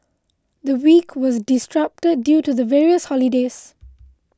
the week was disrupted due to the various holidays